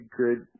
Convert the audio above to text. good